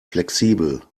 flexibel